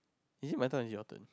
is it my turn or your turn